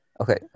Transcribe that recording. okay